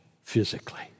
physically